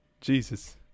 Jesus